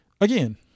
Again